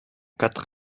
quatre